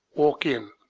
walk in!